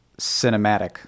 cinematic